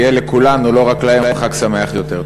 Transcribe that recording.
יהיה לכולנו, לא רק להם, חג שמח יותר.